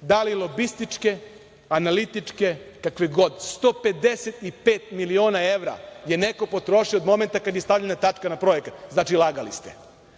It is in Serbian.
da li lobističke, analitičke, kakve god, 155 miliona evra je neko potrošio od momenta kada je stavljena tačka na projekat. Znači, lagali ste.